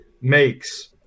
makes